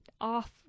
off